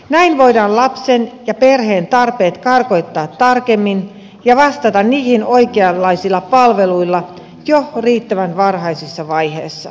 näin voidaan lapsen ja perheen tarpeet kartoittaa tarkemmin ja vastata niihin oikeanlaisilla palveluilla jo riittävän varhaisessa vaiheessa